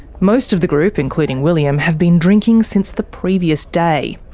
most of the group including william have been drinking since the previous day.